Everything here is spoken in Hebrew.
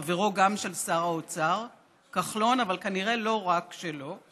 גם חברו של שר האוצר כחלון, אבל כנראה לא רק שלו,